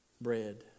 bread